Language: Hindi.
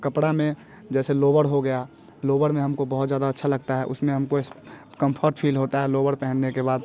कपड़े में जैसे लोअर हो गया लोअर में हमको बहुत ज़्यादा अच्छा लगता है उसमें हमको इस्प कंफर्ट फील होता है लोअर पहनने के बाद